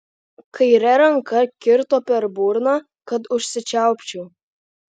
kaire ranka kirto per burną kad užsičiaupčiau